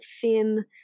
thin